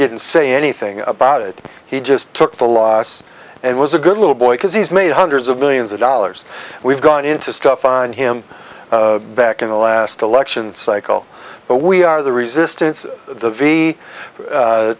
didn't say anything about it he just took the loss and was a good little boy because he's made hundreds of millions of dollars we've gone into stuff on him back in the last election cycle but we are the resistance the v